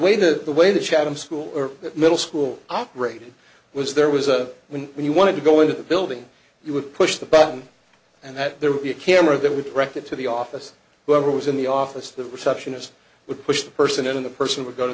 to the way the chatham school or middle school operated was there was a when when you wanted to go into the building you would push the button and that there would be a camera that would record to the office whoever was in the office the receptionist would push the person in the person would go to